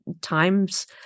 times